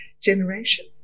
generation